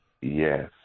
Yes